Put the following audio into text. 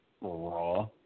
Raw